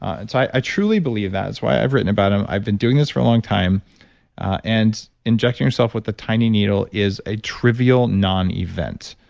and so i truly believe that is why i've written about them. i've been doing this for a long time and injecting yourself with a tiny needle is a trivial nonevent